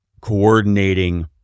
coordinating